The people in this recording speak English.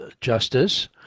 Justice